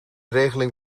regeling